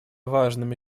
важными